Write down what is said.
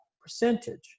percentage